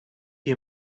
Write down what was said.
you